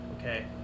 Okay